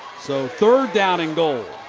so third down and goal.